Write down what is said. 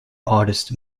artist